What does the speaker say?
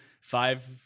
five